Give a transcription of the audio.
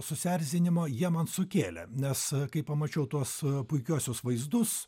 susierzinimo jie man sukėlė nes kai pamačiau tuos puikiuosius vaizdus